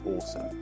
awesome